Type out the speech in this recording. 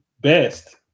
best